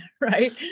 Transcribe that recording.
right